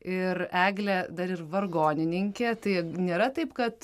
ir eglė dar ir vargonininkė tai nėra taip kad